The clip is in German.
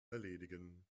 erledigen